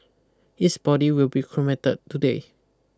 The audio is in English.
his body will be cremated today